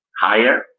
higher